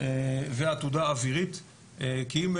והעתודה האווירית כי אם,